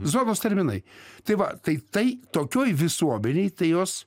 zonos terminai tai va tai tai tokioj visuomenėj tai jos